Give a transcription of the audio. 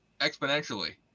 exponentially